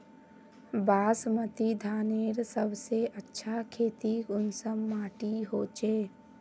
बासमती धानेर सबसे अच्छा खेती कुंसम माटी होचए?